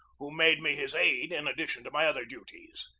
who made me his aide in addition to my other duties.